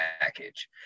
package